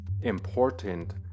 important